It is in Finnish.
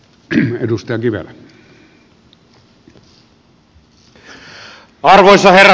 arvoisa herra puhemies